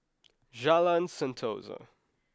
Jalan Sentosa